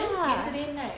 ya then yesterday night